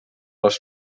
les